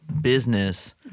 business